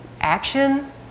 action